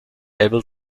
able